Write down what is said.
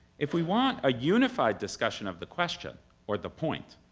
if we want a unified discussion of the question or the point,